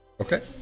Okay